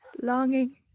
longing